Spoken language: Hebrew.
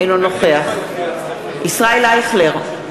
אינו נוכח ישראל אייכלר,